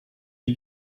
die